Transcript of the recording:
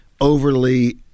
overly